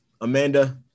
Amanda